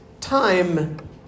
time